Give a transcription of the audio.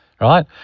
right